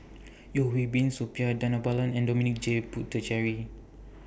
Yeo Hwee Bin Suppiah Dhanabalan and Dominic J Puthucheary